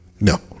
no